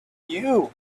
you